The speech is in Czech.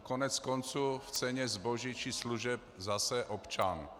Koneckonců v ceně zboží či služeb zase občan.